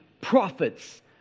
prophets